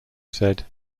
said